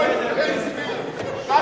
אוי ויי איז מיר, על